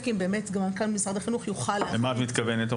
אם באמת גם מנכ"ל משרד החינוך יוכל --- למה את מתכוונת?